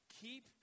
Keep